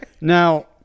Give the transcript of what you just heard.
Now